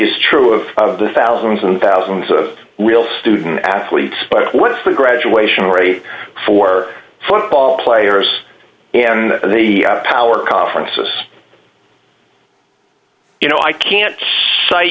is true of the thousands and thousands of real student athletes but what's the graduation rate for football players in the power conferences you know i can't